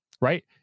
right